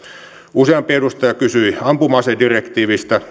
useampi edustaja kysyi ampuma asedirektiivistä